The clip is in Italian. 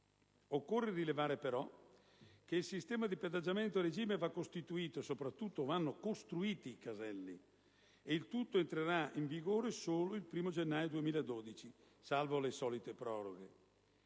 Occorre rilevare, però, che il sistema di pedaggiamento a regime va costruito e, soprattutto, vanno costruiti i caselli; il tutto entrerà in vigore solo il 1° gennaio 2012, salve le solite proroghe.